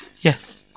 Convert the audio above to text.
Yes